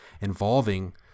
involving